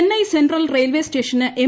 Chennai Central railway സ്റ്റേഷന് M